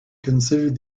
considered